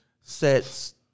sets